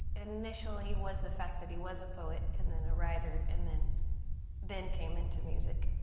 initially was the fact that he was a poet, and then a writer, and then then came into music.